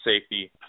safety